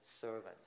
servants